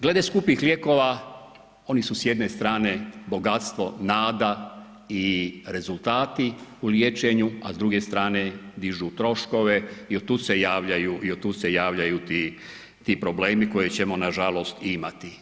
Glede skupih lijekova, oni su s jedne strane bogatstvo, nada i rezultati u liječenju a s druge strane dižu troškove i od tuda se javljaju ti problemi koje ćemo nažalost i imati.